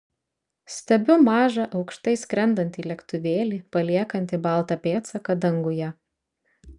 stebiu mažą aukštai skrendantį lėktuvėlį paliekantį baltą pėdsaką danguje